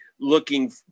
looking